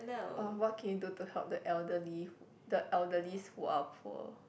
orh what can you do to help the elderly the elderlies who are poor